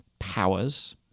powers